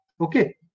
Okay